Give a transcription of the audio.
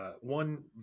one